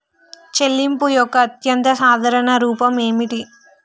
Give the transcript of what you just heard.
చెల్లింపు యొక్క అత్యంత సాధారణ రూపం ఏమిటి?